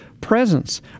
presence